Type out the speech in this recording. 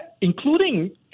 including